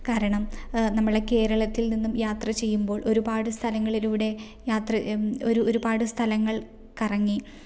കാരണം നമ്മളെ കേരളത്തിൽ നിന്നും യാത്ര ചെയ്യുമ്പോൾ ഒരുപാട് സ്ഥലങ്ങളിലൂടെ യാത്ര ഒരു ഒരുപാട് സ്ഥലങ്ങൾ കറങ്ങി